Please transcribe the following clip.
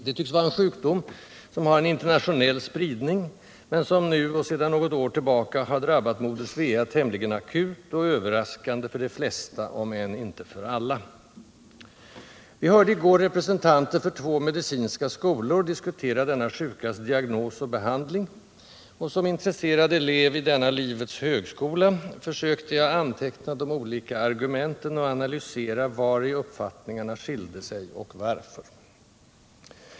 Det tycks vara en sjukdom som har en internationell spridning men som nu och sedan något år tillbaka har drabbat moder Svea tämligen akut och överraskande för de flesta, om än inte för alla. Vi hörde i går representanter för två medicinska skolor diskutera denna sjukas diagnos och behandling, och som intresserad elev i denna livets högskola försökte jag anteckna de olika argumenten och analysera vari uppfattningarna skilde sig, och varför.